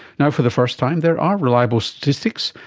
now for the first time there are reliable statistics,